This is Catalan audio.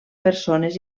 persones